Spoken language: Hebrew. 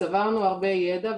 צברנו הרבה ידע,